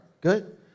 good